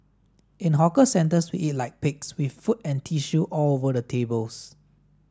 in hawker centres we eat like pigs with food and tissue all over the tables